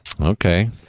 Okay